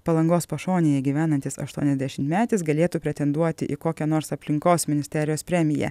palangos pašonėje gyvenantis aštuoniasdešimtmetis galėtų pretenduoti į kokią nors aplinkos ministerijos premiją